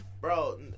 bro